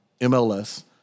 MLS